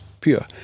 pure